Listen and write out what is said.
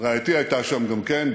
רעייתי הייתה שם גם כן,